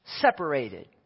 Separated